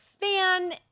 fan